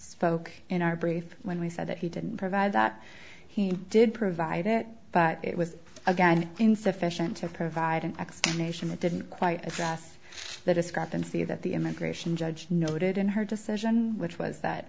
spoke in our brief when we said that he didn't provide that he did provide it but it was again insufficient to provide an explanation that didn't quite yes the discrepancy that the immigration judge noted in her decision which was that